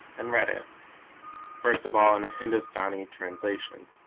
and read it first of all in a hindostani translation.